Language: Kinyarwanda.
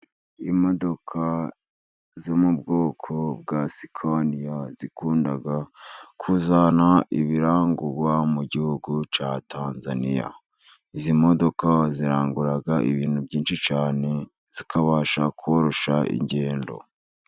Imodoka zo mu bwoko bwa sikaniya zikunda kuzana ibirangurwa mu gihugu cya Tanzaniya .izi modoka zirangura ibintu byinshi cyane ,zikabasha koroshya ingendo.